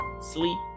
sleep